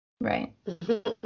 Right